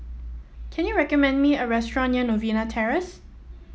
can you recommend me a restaurant near Novena Terrace